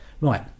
right